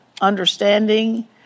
understanding